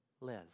live